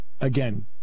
again